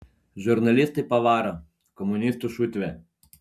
žurnalistai pavaro komunistų šutvė